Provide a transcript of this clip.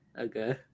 okay